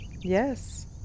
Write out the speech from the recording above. Yes